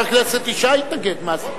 אני לא יכול, חבר הכנסת ישי התנגד, מה זה?